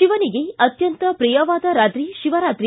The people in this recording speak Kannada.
ಶಿವನಿಗೆ ಅತ್ಯಂತ ಪ್ರಿಯವಾದ ರಾತ್ರಿ ಶಿವರಾತ್ರಿ